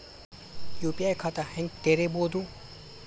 UPI ಖಾತಾ ಹೆಂಗ್ ತೆರೇಬೋದು?